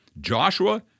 Joshua